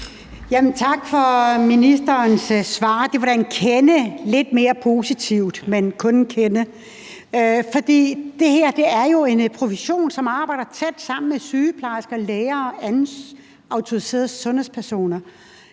Tak for ministerens svar. Det var da en kende mere positivt, men kun en kende. For det her er jo en profession, som arbejder tæt sammen med sygeplejersker, læger og andre autoriserede sundhedspersoner.